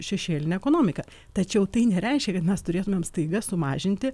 šešėlinę ekonomiką tačiau tai nereiškia kad mes turėtumėm staiga sumažinti